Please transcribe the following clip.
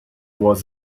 was